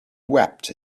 wept